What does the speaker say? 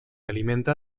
alimenta